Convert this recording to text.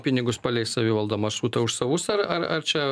pinigus paleis savivalda maršrutą už savus ar ar čia